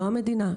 לא המדינה,